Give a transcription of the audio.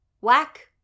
whack